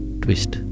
twist